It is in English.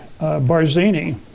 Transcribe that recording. Barzini